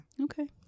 Okay